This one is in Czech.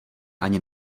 ani